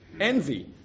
envy